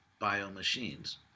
bio-machines